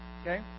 Okay